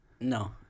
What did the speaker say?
No